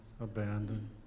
abandoned